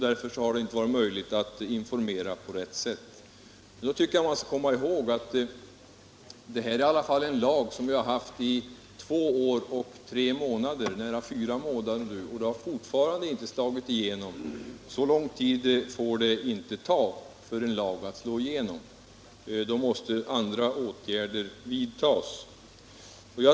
Därför har det inte varit möjligt att informera på rätt sätt. Då tycker jag man skall komma ihåg att det här är en lag som vi haft i två år och tre, snart fyra månader. Så lång tid får det inte ta för en lag att slå igenom. Då måste andra åtgärder vidtas.